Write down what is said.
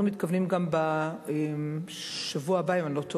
אנחנו מתכוונים גם בשבוע הבא, אם אני לא טועה,